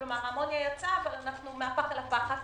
כלומר אנחנו מהפח אל הפחת,